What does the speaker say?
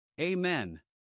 Amen